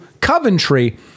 Coventry